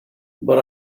but